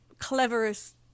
cleverest